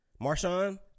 Marshawn